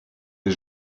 des